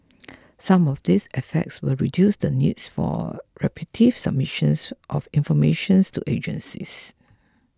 some of these efforts will reduce the needs for repetitive submission of informations to agencies